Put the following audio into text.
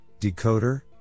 decoder